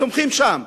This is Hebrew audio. צומחים שם.